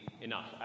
enough